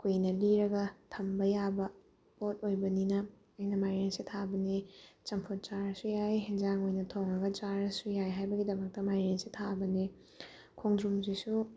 ꯀꯨꯏꯅ ꯂꯤꯔꯒ ꯊꯝꯕ ꯌꯥꯕ ꯄꯣꯠ ꯑꯣꯏꯕꯅꯤꯅ ꯑꯩꯅ ꯃꯥꯏꯔꯦꯟꯁꯦ ꯊꯥꯕꯅꯤ ꯆꯝꯐꯨꯠ ꯆꯥꯔꯁꯨ ꯌꯥꯏ ꯑꯦꯟꯁꯥꯡ ꯑꯣꯏꯅ ꯊꯣꯡꯉꯒ ꯆꯥꯔꯁꯨ ꯌꯥꯏ ꯍꯥꯏꯕꯒꯤꯗꯃꯛꯇ ꯃꯥꯏꯔꯦꯟꯁꯦ ꯊꯥꯕꯅꯦ ꯈꯣꯡꯗ꯭ꯔꯨꯝꯁꯤꯁꯨ